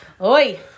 Oi